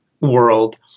world